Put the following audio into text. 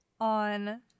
on